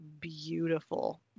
beautiful